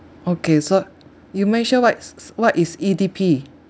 okay so you mentioned what's what is E_D_P